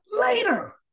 later